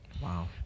Wow